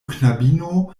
knabino